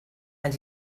and